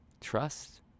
Trust